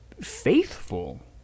faithful